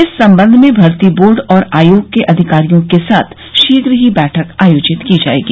इस संबंध में भर्ती बोर्ड और आयोग के अधिकारियों के साथ शीघ्र ही बैठक आयोजित की जायेगी